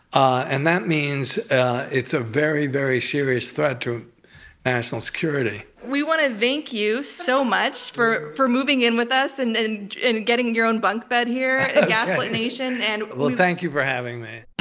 and that means it's a very, very serious threat to national security. we want to thank you so much for for moving in with us and and getting your own bunk bed here at gaslit nation. and well, thank you for having me.